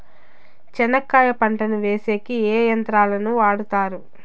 చెనక్కాయ పంటను వేసేకి ఏ యంత్రాలు ను వాడుతారు?